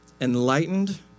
enlightened